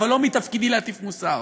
אבל לא מתפקידי להטיף מוסר.